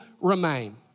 remain